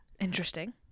Interesting